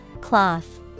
Cloth